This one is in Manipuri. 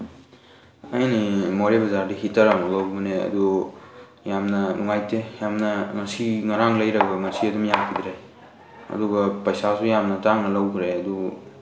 ꯑꯩꯅ ꯃꯣꯔꯦ ꯕꯖꯥꯔꯗꯒꯤ ꯍꯤꯇꯔ ꯑꯃ ꯂꯧꯕꯅꯦ ꯑꯗꯨ ꯌꯥꯝꯅ ꯅꯨꯡꯉꯥꯏꯇꯦ ꯌꯥꯝꯅ ꯉꯁꯤ ꯉꯔꯥꯡ ꯂꯩꯔꯒ ꯉꯁꯤ ꯑꯗꯨꯝ ꯌꯥꯈꯤꯗ꯭ꯔꯦ ꯑꯗꯨꯒ ꯄꯩꯁꯥꯁꯨ ꯌꯥꯝꯅ ꯇꯥꯡꯅ ꯂꯧꯈ꯭ꯔꯦ ꯑꯗꯨ